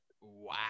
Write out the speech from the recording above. Wow